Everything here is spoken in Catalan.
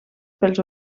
pels